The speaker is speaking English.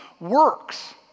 works